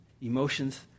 emotions